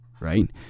right